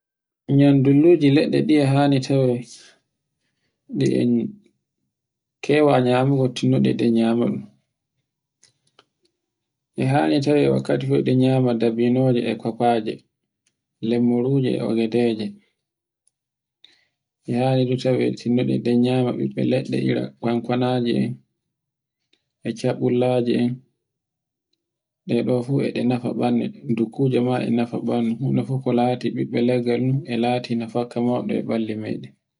Nyandulluji leɗɗe ɗe e hani tawe ɗe en kewa nyamude tinnaɗe ɗen yamuɗe. E hani tawe wakkati fu e ɗe nyama dabinoje e kofaje, lewmuruje e ogedeje. E hani ɗu tawe wilteɗe denyama ɓiɓɓe laɗɗe, ira konkonaje, e chabbullaje ɗe ɗen fu e ɗe nafa ɓandu dukkuje ma e nafa ɓandu, huno fu ko lati ɓiɓɓe leggal e larti no fakka moɗon e ɓalli meɗen.